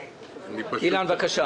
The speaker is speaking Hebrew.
אילן, בבקשה.